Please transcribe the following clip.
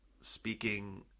speaking